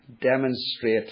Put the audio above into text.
demonstrate